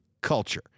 culture